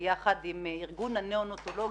יחד עם ארגון הניאונטולוגים,